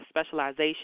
specialization